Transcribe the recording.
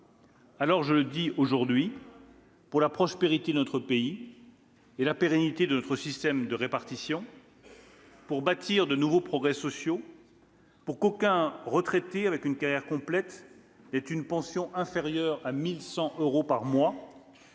Aussi, je le dis aujourd'hui : pour la prospérité de notre pays et la pérennité de notre système par répartition, pour permettre de nouveaux progrès sociaux, pour qu'aucun retraité avec une carrière complète n'ait une pension inférieure à 1 100 euros par mois,